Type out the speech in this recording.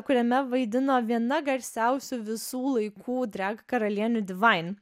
kuriame vaidino viena garsiausių visų laikų dreg karalienių divain